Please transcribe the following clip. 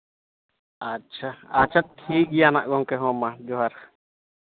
ᱟᱪᱪᱷᱟ ᱟᱪᱪᱷᱟ ᱴᱷᱤᱠ ᱜᱮᱭᱟ ᱱᱟᱦᱟᱜ ᱜᱚᱢᱠᱮ ᱦᱚᱸ ᱢᱟ ᱡᱚᱸᱦᱟᱨ